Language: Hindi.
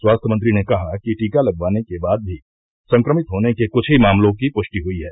स्वास्थ्य मंत्री ने कहा कि टीका लगवाने के बाद भी संक्रमित होने के कुछ ही मामलों की पुष्टि हुई है